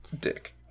dick